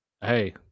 hey